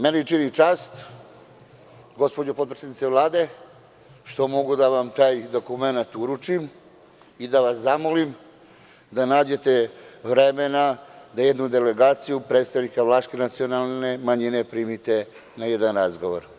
Meni čini čast, gospođo potredsednice Vlade, što mogu da vam taj dokument uručim i da vas zamolim da nađete vremena da jednu delegaciju predstavnika vlaške nacionalne manjine primite na razgovor.